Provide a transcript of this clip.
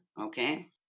Okay